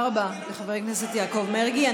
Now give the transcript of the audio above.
תודה רבה לחבר הכנסת יעקב מרגי.